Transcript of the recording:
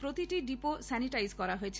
প্রতিটি depot sanitise করা হয়েছে